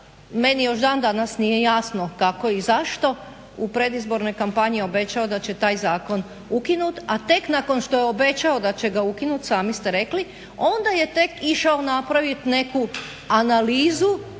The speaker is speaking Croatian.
meni još dan danas nije jasno kako i zašto u predizbornoj kampanji obećao da će taj zakon ukinuti, a tek nakon što je obećao da će ga ukinuti, sami ste rekli, onda je tek išao napraviti neku analizu